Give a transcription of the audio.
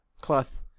Cloth